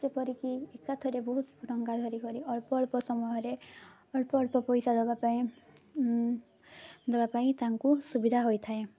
ଯେପରିକି ଏକାଥରେ ବହୁତ ଟଙ୍କା ଧରି କରି ଅଳ୍ପ ଅଳ୍ପ ସମୟରେ ଅଳ୍ପ ଅଳ୍ପ ପଇସା ଦେବା ପାଇଁ ଦେବା ପାଇଁ ତାଙ୍କୁ ସୁବିଧା ହୋଇଥାଏ